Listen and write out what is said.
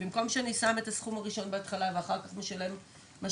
שבמקום שאני שם את הסכום הראשון בהתחלה ואחר כך משלם משכנתא,